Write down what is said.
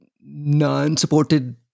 non-supported